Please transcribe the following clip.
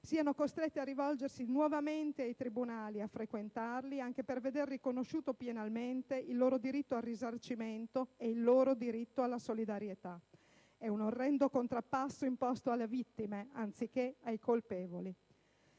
siano costrette a rivolgersi nuovamente ai tribunali e a frequentarli anche per veder riconosciuto pienamente il loro diritto al risarcimento ed alla solidarietà. È un orrendo contrappasso imposto alle vittime, anziché ai colpevoli.